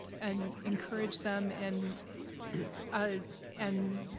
and encourage them in ah and